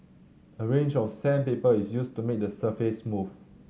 a range of sandpaper is used to made the surface smooth